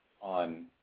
on